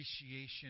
appreciation